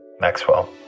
Maxwell